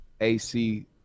AC